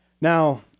Now